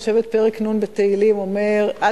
אני חושבת פרק נ' בתהילים אומר "אל